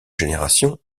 génération